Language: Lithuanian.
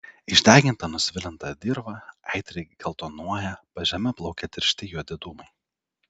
išdeginta nusvilinta dirva aitriai geltonuoja pažeme plaukia tiršti juodi dūmai